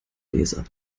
leser